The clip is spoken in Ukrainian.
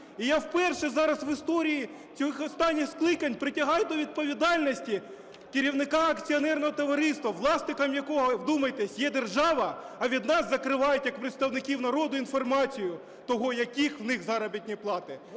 І я вперше зараз в історії цих останніх скликань притягую до відповідальності керівника акціонерного товариства, власником якого, вдумайтесь, є держава, а від нас закривають як представників народу інформацію того, які у них заробітні плати!